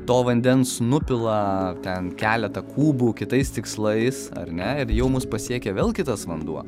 to vandens nupila ten keletą kubų kitais tikslais ar ne ir jau mus pasiekia vėl kitas vanduo